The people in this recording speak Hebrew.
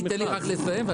אלי, רק תן לי לסיים.